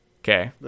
Okay